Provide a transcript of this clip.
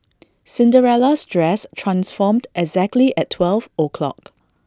Cinderella's dress transformed exactly at twelve o'clock